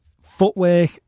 Footwork